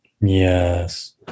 yes